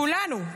כולנו.